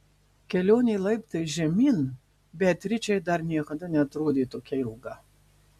kelionė laiptais žemyn beatričei dar niekada neatrodė tokia ilga